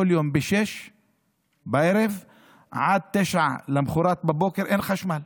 יום מ-18:00 עד 09:00 למוחרת אין חשמל.